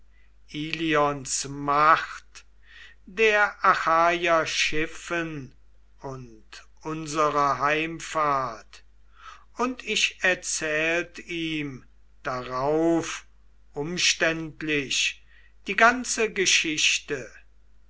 macht der achaier schiffen und unserer heimfahrt und ich erzählt ihm darauf umständlich die ganze geschichte